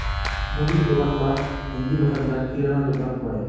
মুদির দোকান বা হিন্দি ভাষাত যাক কিরানা দুকান কয়